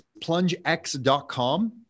plungex.com